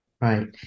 Right